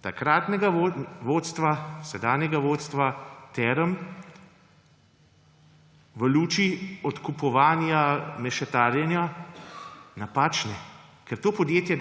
takratnega vodstva, sedanjega vodstva term v luči odkupovanja, mešetarjenja, napačne. Ker to podjetje